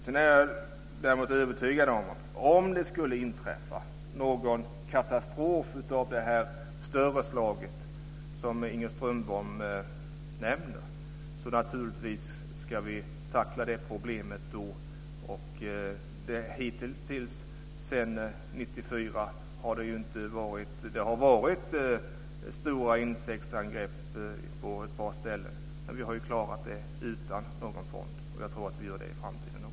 Jag är däremot övertygad om att om det skulle inträffa en katastrof av större slag, som Inger Strömbom nämner, ska vi naturligtvis angripa det problemet. Det har sedan 1994 förekommit stora insektsangrepp på ett par ställen, men vi har klarat dem utan någon fond, och jag tror att vi gör det i framtiden också.